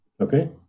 Okay